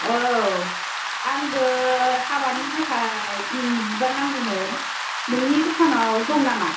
औ आंनो हाबानि थाखाय बिबार नांगौमोन नोंनि दखानाव दं नामा